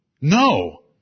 No